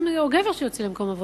או גבר שיוצא למקום עבודתו.